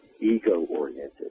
ego-oriented